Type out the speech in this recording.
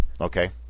Okay